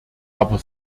aber